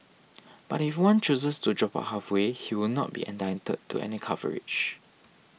but if one chooses to drop out halfway he will not be entitled to any coverage